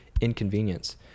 inconvenience